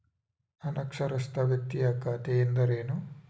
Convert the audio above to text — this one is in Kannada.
ಅನಕ್ಷರಸ್ಥ ವ್ಯಕ್ತಿಯ ಖಾತೆ ಎಂದರೇನು?